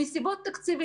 אבל מסיבות תקציביות,